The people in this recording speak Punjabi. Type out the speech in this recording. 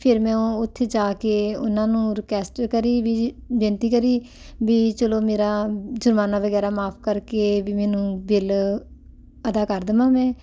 ਫਿਰ ਮੈਂ ਉਥੇ ਜਾ ਕੇ ਉਹਨਾਂ ਨੂੰ ਰਿਕੈਸਟ ਕਰੀ ਵੀ ਬੇਨਤੀ ਕਰੀ ਵੀ ਚਲੋ ਮੇਰਾ ਜੁਰਮਾਨਾ ਵਗੈਰਾ ਮਾਫ ਕਰਕੇ ਵੀ ਮੈਨੂੰ ਬਿੱਲ ਅਦਾ ਕਰ ਦਵਾਂ ਮੈਂ